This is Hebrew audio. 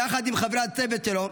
יחד עם חברי הצוות שלו,